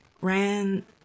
ran